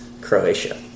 Croatia